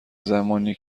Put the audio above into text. زمانیه